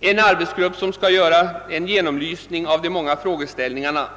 jämlikhetsfrågorna och göra en genomlysning av de många frågeställningarna.